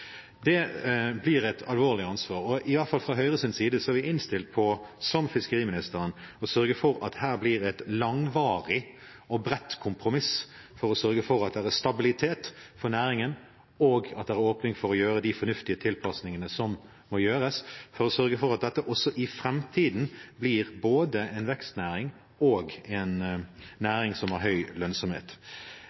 Det blir et alvorlig ansvar. I hvert fall fra Høyres side er vi, som fiskeriministeren, innstilt på å sørge for at det blir et langvarig og bredt kompromiss som sørger for stabilitet for næringen, og at det er åpning for å gjøre de fornuftige tilpasningene som må gjøres, for å sørge for at dette også i framtiden både blir en vekstnæring og en næring som har høy lønnsomhet.